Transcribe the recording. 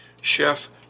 Chef